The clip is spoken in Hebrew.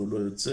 הוא לא יוצא.